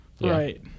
Right